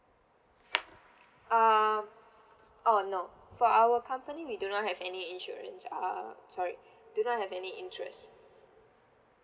um oh no for our company we do not have any insurance err sorry do not have any interest